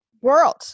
world